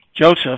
Joseph